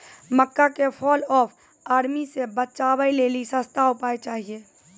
मक्का के fall of army से बचाबै लेली सस्ता उपाय चाहिए?